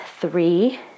three